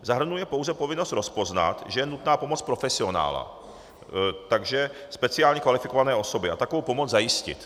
Zahrnuje pouze povinnost rozpoznat, že je nutná pomoc profesionála, takže speciálně kvalifikované osoby, a takovou pomoc zajistit.